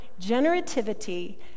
generativity